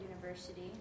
University